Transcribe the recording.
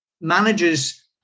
managers